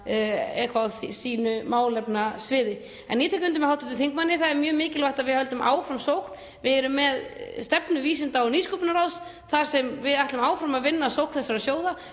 eitthvað á sínu málefnasviði. En ég tek undir með hv. þingmanni, það er mjög mikilvægt að við höldum áfram sókn. Við erum með stefnu Vísinda- og nýsköpunarráðs þar sem við ætlum áfram að vinna að sókn þessara sjóða.